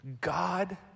God